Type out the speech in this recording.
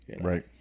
Right